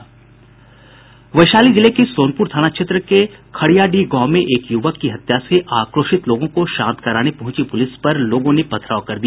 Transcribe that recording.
वैशाली जिले के सोनपुर थाना क्षेत्र के खड़ियाडीह गांव में एक युवक की हत्या से आक्रोशित लोगों को शांत कराने पहुंची पूलिस पर लोगों ने पथराव कर दिया